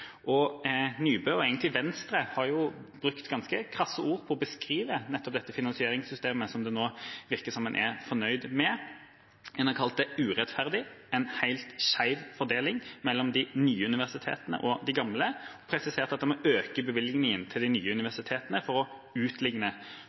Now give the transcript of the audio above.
Nybø – og egentlig Venstre – har brukt ganske krasse ord på å beskrive nettopp dette finansieringssystemet, som det nå virker som en er fornøyd med. En har kalt det urettferdig, en helt skjev fordeling mellom de nye universitetene og de gamle, og har presisert at en må øke bevilgningen til de nye